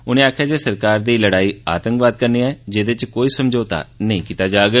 उनें आक्खेया जे सरकार दी लड़ाई आतंकवाद कन्नै ऐ जेहदे च कोई समझौता नेंई कीता जाग